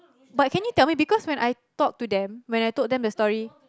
but can you tell me because when I talk to them when I told them the story